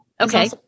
Okay